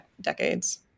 decades